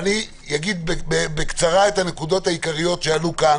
אני אגיד בקצרה את הנקודות העיקריות שעלו כאן,